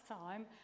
time